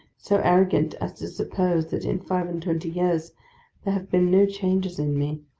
so arrogant as to suppose that in five and twenty years there have been no changes in me,